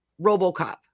robocop